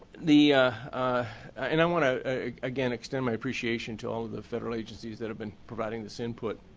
the and i want to again extend my appreciation to all of the federal agencies that have been providing this input.